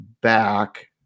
back